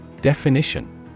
Definition